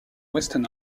western